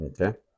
Okay